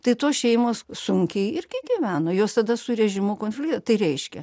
tai tos šeimos sunkiai irgi gyveno jos tada su režimu konflikto tai reiškia